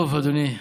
טוב, אדוני,